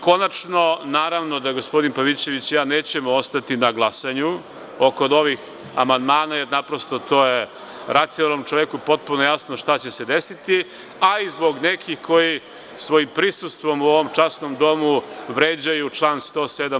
Konačno, naravno da gospodin Pavićević i ja nećemo ostati na glasanju kod ovih amandmana, jer naprosto to je racionalnom čoveku potpuno jasno šta će se desiti, a i zbog nekih koji svojim prisustvom u ovom časnom domu vređaju član 107.